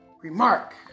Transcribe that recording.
remark